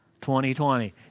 2020